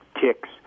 ticks